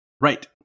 Right